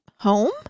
home